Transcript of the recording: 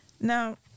Now